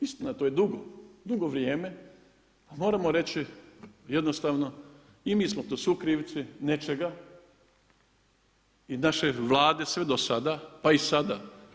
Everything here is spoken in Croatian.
Istina, to je dugo, dugo vrijeme, a moramo reći jednostavno i mi smo tu sukrivci nečega i naše Vlade sve do sada, pa i sada.